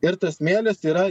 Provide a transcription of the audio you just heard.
ir tas smėlis yra